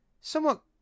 somewhat